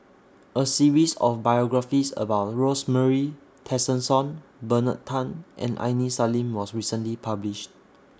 A series of biographies about Rosemary Tessensohn Bernard Tan and Aini Salim was recently published